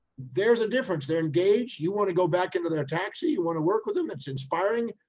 there's a difference. they're engaged. you want to go back into their taxi. you want to work with them. it's inspiring.